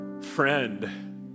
friend